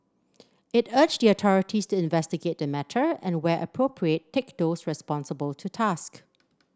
it urged the authorities to investigate the matter and where appropriate take those responsible to task